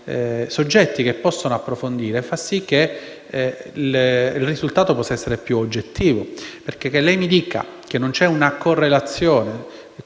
soggetti che possono svolgere approfondimenti, fa sì che il risultato possa essere più oggettivo. Infatti, che lei mi dica che non c'è una correlazione